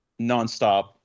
nonstop